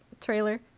trailer